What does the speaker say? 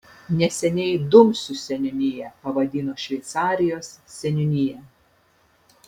neseniai dumsių seniūniją pavadino šveicarijos seniūnija